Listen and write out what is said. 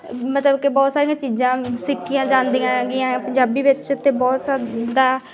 ਮਤਲਬ ਕਿ ਬਹੁਤ ਸਾਰੀਆਂ ਚੀਜ਼ਾਂ ਸਿੱਖੀਆਂ ਜਾਂਦੀਆਂ ਹੈਗੀਆਂ ਪੰਜਾਬੀ ਵਿੱਚ ਅਤੇ ਬਹੁਤ ਸਭ ਦਾ